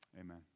amen